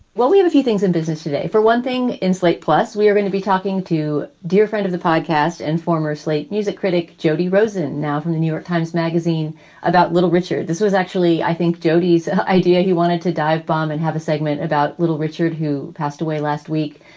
well, we have a few things in business today. for one thing, in slate plus, we are going to be talking to dear friend of the podcast and former slate music critic jody rosen, now from the new york times magazine about little richard. this was actually, i think, jodi's idea. he wanted to dive bomb and have a segment about little richard who passed away last week,